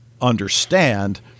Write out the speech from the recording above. understand